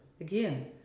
Again